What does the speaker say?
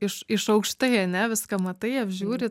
iš iš aukštai ane viską matai apžiūri